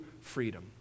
freedom